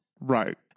Right